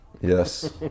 yes